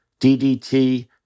DDT